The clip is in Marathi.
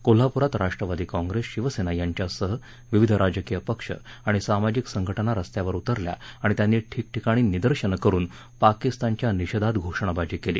कोल्हापुरात राष्ट्रवादी काँप्रेस शिवसेना यांच्यासह विविध राजकीय पक्ष आणि सामाजिक संघटना रस्त्यावर उतरल्या आणि त्यांनी ठिकठिकाणी निदर्शनं करून पाकिस्तानचा निषेधात घोषणाबाजी केली